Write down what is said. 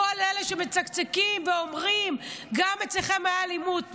כל אלה שמצקצקים ואומרים: גם אצלכם הייתה אלימות,